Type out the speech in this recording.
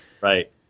Right